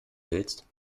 willst